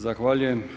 Zahvaljujem.